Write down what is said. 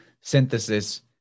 synthesis